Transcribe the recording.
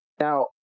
Now